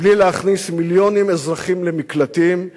בלי להכניס מיליוני אזרחים למקלטים,